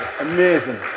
amazing